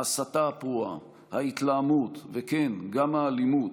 ההסתה הפרועה, ההתלהמות וכן, גם האלימות,